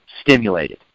stimulated